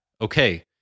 okay